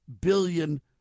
billion